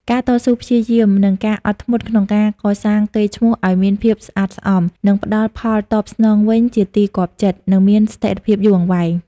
ការតស៊ូព្យាយាម និងការអត់ធ្មត់ក្នុងការកសាងកេរ្តិ៍ឈ្មោះឱ្យមានភាពស្អាតស្អំ នឹងផ្ដល់ផលតបស្នងវិញជាទីគាប់ចិត្ត និងមានស្ថិរភាពយូរអង្វែង។